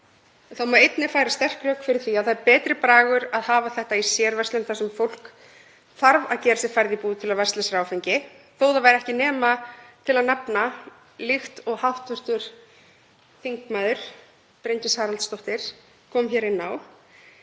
Þá má einnig færa sterk rök fyrir því að það sé betri bragur að hafa þetta í sérverslunum þar sem fólk þarf að gera sér ferð í búð til að kaupa sér áfengi þótt það væri ekki nema til að nefna, líkt og hv. þm. Bryndís Haraldsdóttir kom inn á,